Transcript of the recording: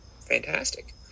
Fantastic